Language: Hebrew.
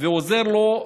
ועוזר לו,